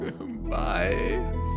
bye